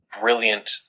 brilliant